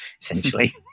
essentially